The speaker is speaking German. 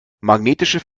magnetische